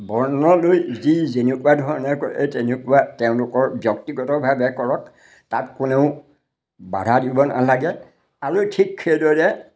বৰ্ণলৈ যি যেনেকুৱা ধৰণে কৰে তেনেকুৱা তেওঁলোকৰ ব্যক্তিগতভাৱে কৰক তাত কোনেও বাধা দিব নালাগে আৰু ঠিক সেইদৰে